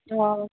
आ